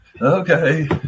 Okay